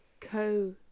Co